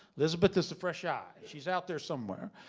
elizabeth is the fresh eye. she's out there somewhere.